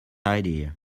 idea